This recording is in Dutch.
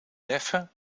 leffe